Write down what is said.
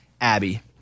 Abby